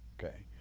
okay?